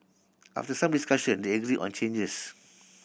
after some discussion they agreed on changes